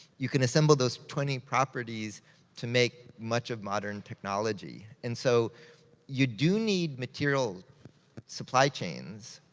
you can assemble those twenty properties to make much of modern technology. and so you do need material supply chains,